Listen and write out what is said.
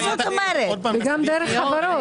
זה גם דרך חברות.